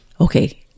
Okay